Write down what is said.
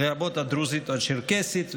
לרבות הדרוזית והצ'רקסית,